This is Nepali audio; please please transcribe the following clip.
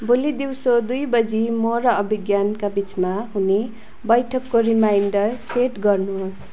भोलि दिउँसो दुई बजी म र अभिज्ञानका बिचमा हुने बैठकको रिमाइन्डर सेट गर्नुहोस्